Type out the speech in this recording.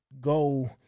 go